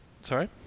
sorry